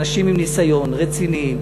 אנשים עם ניסיון, רציניים.